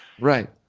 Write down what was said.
Right